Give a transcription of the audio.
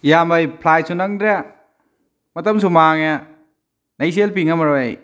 ꯏꯌꯥꯝꯕ ꯑꯩ ꯐ꯭ꯂꯥꯏꯠꯁꯨ ꯅꯪꯗ꯭ꯔꯦ ꯃꯇꯝꯁꯨ ꯃꯥꯡꯉꯦ ꯑꯩ ꯁꯦꯜ ꯄꯤ ꯉꯝꯃꯔꯣꯏ ꯑꯩ